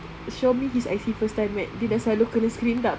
show me his I_C first time met dia dah selalu kena screen tak